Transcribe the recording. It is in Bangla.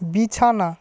বিছানা